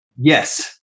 Yes